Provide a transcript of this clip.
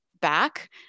back